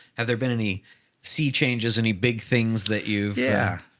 have there been any sea changes? any big things that you've yeah,